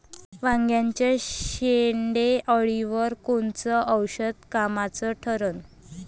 वांग्याच्या शेंडेअळीवर कोनचं औषध कामाचं ठरन?